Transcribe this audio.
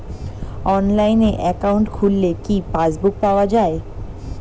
অনলাইনে একাউন্ট খুললে কি পাসবুক পাওয়া যায়?